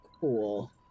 Cool